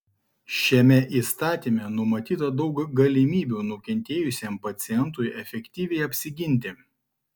šiame įstatyme numatyta daug galimybių nukentėjusiam pacientui efektyviai apsiginti